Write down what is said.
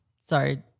sorry